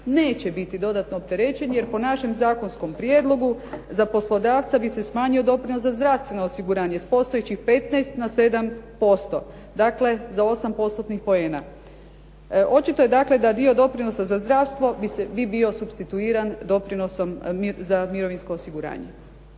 Neće biti dodatno opterećen, jer po našem zakonskom prijedlogu za poslodavca bi se smanjio doprinos za zdravstveno osiguranje s postojećih 15 na 7%. Dakle, za 8 postotnih poena. Očito je dakle da dio doprinosa za zdravstvo bi bio supstituiran doprinosom za mirovinsko osiguranje.